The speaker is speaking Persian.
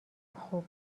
خوب